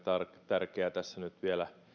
tärkeää tässä nyt vielä